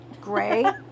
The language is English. Gray